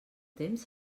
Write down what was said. temps